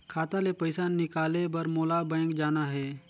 खाता ले पइसा निकाले बर मोला बैंक जाना हे?